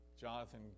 Jonathan